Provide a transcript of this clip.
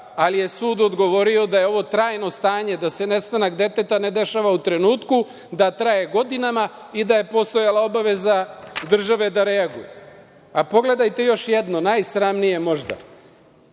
ali je sud odgovorio da je ovo trajno stanje, da se nestanak deteta ne dešava u trenutku, da traje godinama i da je postojala obaveza države da reaguje. Pogledajte još jedno, najsramnije možda.